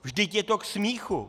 Vždyť je to k smíchu!